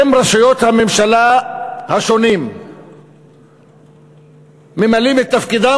אם רשויות הממשלה השונות ממלאות את תפקידן,